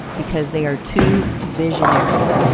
because they are too visionary.